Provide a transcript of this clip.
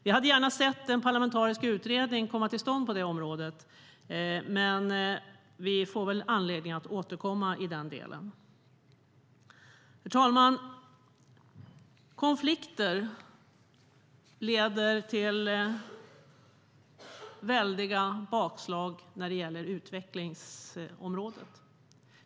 Vi hade gärna sett en parlamentarisk utredning komma till stånd på det området, men vi får väl anledning att återkomma i den delen. Herr talman! Konflikter leder till väldiga bakslag när det gäller utvecklingsområdet.